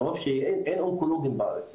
מרוב שאין אונקולוגים בארץ,